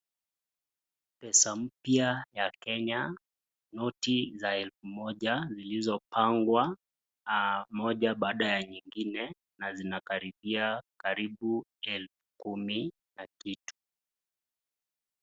Pesa mpya ya Kenya, noti za elf moja zilizo pangwa aah moja baada ya nyingine, na zinakaribia karibu elfu kumi na kitu.